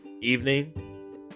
evening